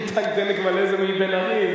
עם טנק דלק מלא, זה מבן-ארי.